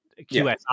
QSI